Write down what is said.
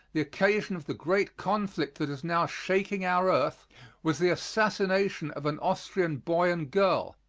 the occasion of the great conflict that is now shaking our earth was the assassination of an austrian boy and girl,